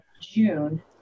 june